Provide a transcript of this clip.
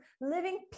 living